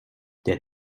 der